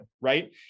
right